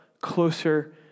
closer